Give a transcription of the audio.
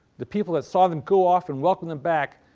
the people that saw them go off and welcomed them back,